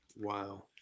Wow